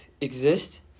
exist